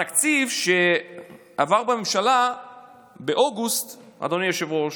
בתקציב שעבר בממשלה באוגוסט, אדוני היושב-ראש,